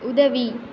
உதவி